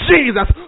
Jesus